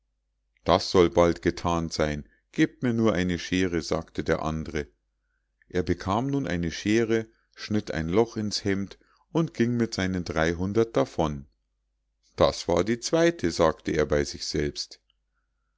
das soll bald gethan sein gebt mir nur eine schere sagte der andre er bekam nun eine schere schnitt ein loch ins hemd und ging mit seinen dreihundert davon das war die zweite sagte er bei sich selbst